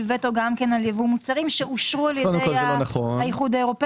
וטו גם על ייבוא מוצרים שאושרו על ידי האיחוד האירופאי.